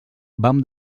vam